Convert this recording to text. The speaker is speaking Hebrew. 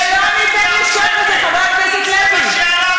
ולא ניתן לשכוח את זה, חבר הכנסת לוי.